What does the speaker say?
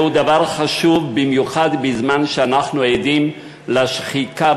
זהו דבר חשוב במיוחד בזמן שאנחנו עדים לשחיקה